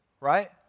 right